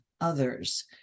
others